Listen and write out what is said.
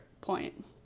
point